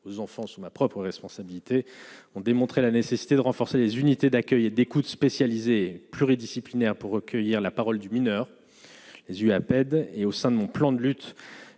aux enfants sous ma propre responsabilité ont démontré la nécessité de renforcer les unités d'accueil et d'écoute spécialisée pluridisciplinaire pour recueillir la parole du mineur, les yeux à peine et au sein de son plan de lutte